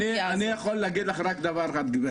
אני יכול להגיד לך רק דבר אחד, גברתי.